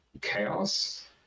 chaos